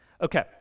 Okay